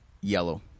yellow